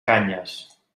canyes